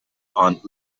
aunt